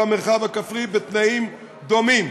במרחב הכפרי בתנאים דומים,